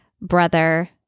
brother